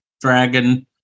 dragon